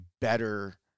better